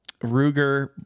Ruger